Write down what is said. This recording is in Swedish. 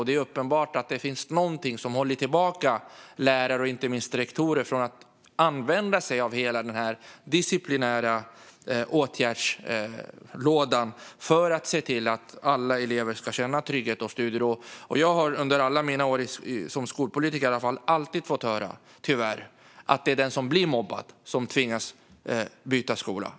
Det är uppenbart att det finns någonting som håller tillbaka lärare och inte minst rektorer från att använda sig av hela den disciplinära åtgärdslådan för att se till att alla elever kan känna trygghet och studiero. Jag har under alla mina år som skolpolitiker tyvärr alltid fått höra att det är den som blir mobbad som tvingas byta skola.